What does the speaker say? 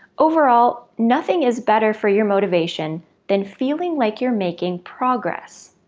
overall, nothing is better for your motivation than feeling like you're making progress.